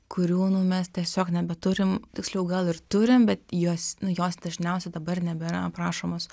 kurių nu mes tiesiog nebeturim tiksliau gal ir turim bet jos nu jos dažniausia dabar nebėra aprašomos